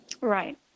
right